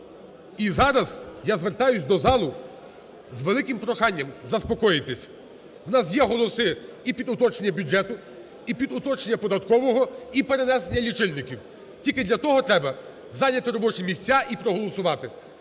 І зараз я звертаюсь до залу з великим проханням заспокоїтись. У нас є голоси і під уточнення бюджету, і під уточнення податкового, і перенесення лічильників. Тільки для того треба зайняти робочі місця і проголосувати.